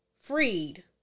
freed